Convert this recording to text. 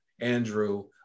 Andrew